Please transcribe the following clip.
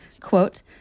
quote